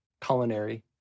culinary